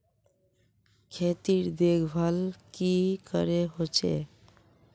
खेतीर देखभल की करे होचे?